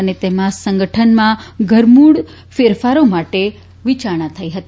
અને તેમાં સંગઠનમાં ધરમૂળ ફેરફારો માટે વિચારણા થઇ હતી